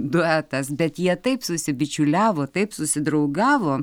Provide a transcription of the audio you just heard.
duetas bet jie taip susibičiuliavo taip susidraugavo